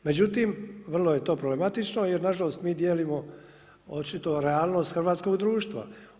Međutim, vrlo je to problematično jer na žalost mi dijelimo očito realnost hrvatskog društva.